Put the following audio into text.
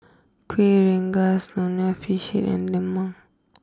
Kueh Rengas Nonya Fish Head and Lemang